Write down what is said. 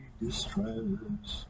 distress